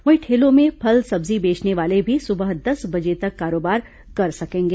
वहीं ठेलों में फल सब्जी बेचने वाले भी सुबह दस बजे तक कारोबार कर सकेंगे